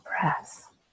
breath